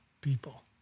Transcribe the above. people